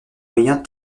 moyen